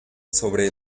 sobre